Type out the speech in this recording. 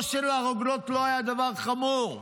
לא שהרוגלות לא היו דבר חמור,